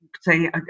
say